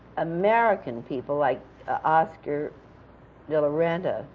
american people, like oscar de la renta,